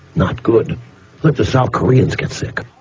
not good. let the south koreans get sick.